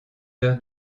heures